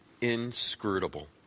inscrutable